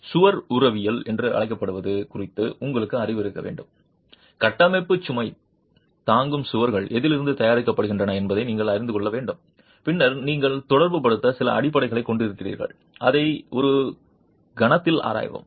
சுவர் உருவவியல் என்று அழைக்கப்படுவது குறித்து உங்களுக்கு அறிவு இருக்க வேண்டும் கட்டமைப்பு சுமை தாங்கும் சுவர்கள் எதிலிருந்து தயாரிக்கப்படுகின்றன என்பதை நீங்கள் அறிந்து கொள்ள வேண்டும் பின்னர் நீங்கள் தொடர்புபடுத்த சில அடிப்படைகளைக் கொண்டிருக்கிறீர்கள் அதை ஒரு கணத்தில் ஆராய்வோம்